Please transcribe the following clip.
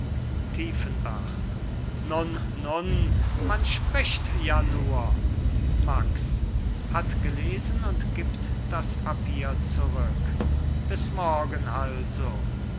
tiefenbach nun nun man spricht ja nur max hat gelesen und gibt das papier zurück bis morgen also